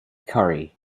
curry